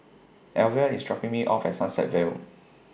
Elvia IS dropping Me off At Sunset Vale